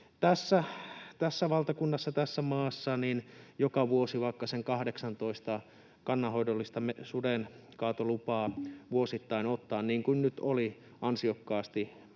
tässä valtakunnassa, tässä maassa, joka vuosi vaikka sen 18 kannanhoidollista suden kaatolupaa vuosittain ottaa, niin kuin nyt oli ansiokkaasti maa- ja